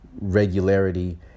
regularity